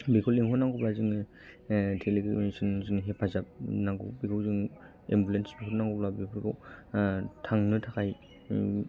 बेखौ लेंहरनांगौब्ला जोङो टेलिकमिउनिसन नि हेफाजाब नांगौ बेखौ जों एम्बुलेन्स फोर नांगौब्ला बेफोरखौ थांनो थाखाय